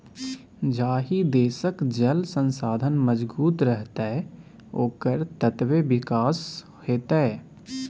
जाहि देशक जल संसाधन मजगूत रहतै ओकर ततबे विकास हेतै